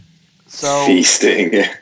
Feasting